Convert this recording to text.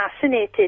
fascinated